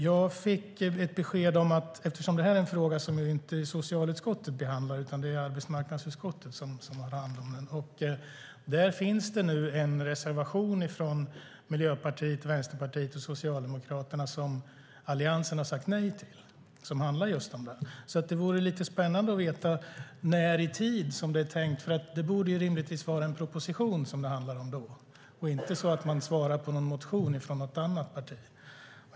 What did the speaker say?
Jag fick ett besked om att det i arbetsmarknadsutskottet, eftersom det här är en fråga som inte socialutskottet behandlar utan det är arbetsmarknadsutskottet som har hand om den, nu finns en reservation från Miljöpartiet, Vänsterpartiet och Socialdemokraterna som Alliansen har sagt nej till som handlar just om detta. Det vore lite spännande att få veta när i tid som det är tänkt. Det borde rimligtvis handla om en proposition och inte att man svarar på en motion från något annat parti.